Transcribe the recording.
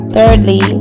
Thirdly